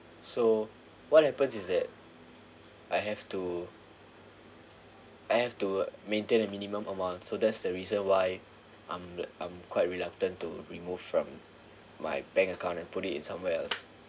so what happens is that I have to I have to maintain a minimum amount so that's the reason why I'm I'm quite reluctant to remove from my bank account and put it in somewhere else